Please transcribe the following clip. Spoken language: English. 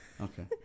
Okay